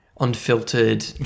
unfiltered